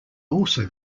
also